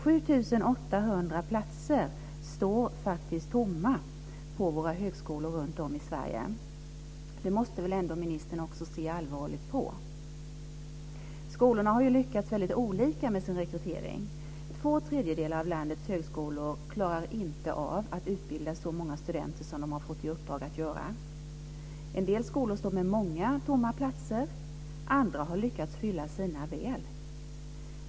7 800 platser står faktiskt tomma på våra högskolor runtom i Sverige. Det måste väl ministern se allvarligt på. Skolorna har lyckats väldigt olika med sin rekrytering. Två tredjedelar av landets högskolor klarar inte av att utbilda så många studenter som de har fått i uppdrag att göra. En del skolor har många tomma platser medan andra har lyckats att fylla sina väl.